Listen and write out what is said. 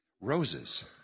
roses